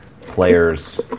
players